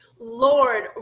Lord